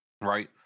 Right